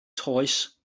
toes